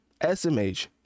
smh